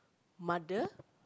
mother